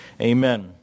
Amen